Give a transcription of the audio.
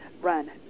run